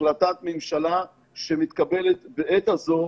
החלטת ממשלה שמתקבלת בעת הזו,